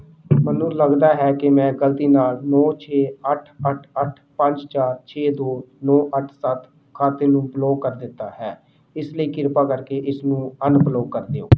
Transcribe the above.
ਮੈਨੂੰ ਲੱਗਦਾ ਹੈ ਕਿ ਮੈਂ ਗਲਤੀ ਨਾਲ ਨੌਂ ਛੇ ਅੱਠ ਅੱਠ ਅੱਠ ਪੰਜ ਚਾਰ ਛੇ ਦੋ ਨੌਂ ਅੱਠ ਸੱਤ ਖਾਤੇ ਨੂੰ ਬਲੌਕ ਕਰ ਦਿੱਤਾ ਹੈ ਇਸ ਲਈ ਕਿਰਪਾ ਕਰਕੇ ਇਸਨੂੰ ਅਨਬਲੌਕ ਕਰ ਦਿਓ